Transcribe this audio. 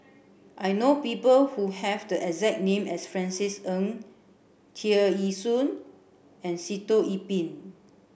I know people who have the exact name as Francis Ng Tear Ee Soon and Sitoh Yih Pin